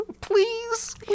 please